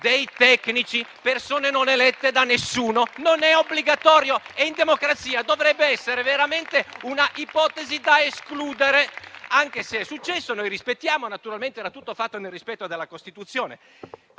dei tecnici, persone non elette da nessuno, non è obbligatorio e in democrazia dovrebbe essere veramente una ipotesi da escludere, anche se è successo e noi lo rispettiamo. Naturalmente era tutto fatto nel rispetto della Costituzione,